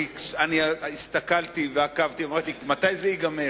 אני הסתכלתי ועקבתי, ואמרתי, מתי זה ייגמר?